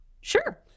Sure